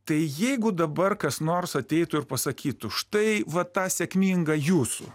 tai jeigu dabar kas nors ateitų ir pasakytų štai va tą sėkmingą jūsų